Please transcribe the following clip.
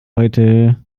heute